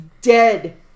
dead